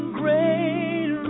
great